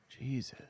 Jesus